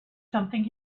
something